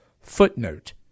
footnote